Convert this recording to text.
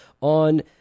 on